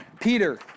Peter